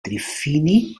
trifini